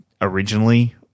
originally